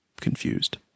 confused